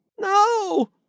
No